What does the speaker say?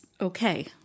okay